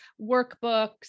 workbooks